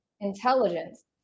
intelligence